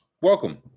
welcome